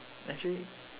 actually